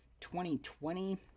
2020